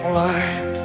light